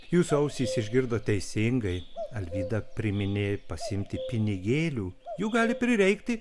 jūsų ausys išgirdo teisingai alvyda priminė pasiimti pinigėlių jų gali prireikti